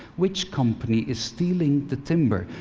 which company is stealing the timber,